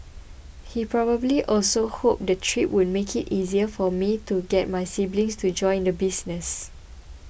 he probably also hoped the trip would make it easier for me to get my siblings to join the business